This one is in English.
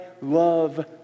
love